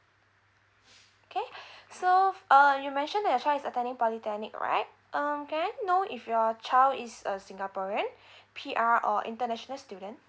okay so uh you mentioned that your child is attending polytechnic right um can I know if your child is a singaporean P_R or international student